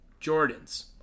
Jordans